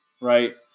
right